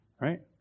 Right